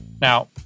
Now